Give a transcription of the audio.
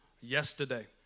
yesterday